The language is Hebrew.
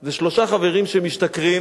זה שלושה חברים שמשתכרים.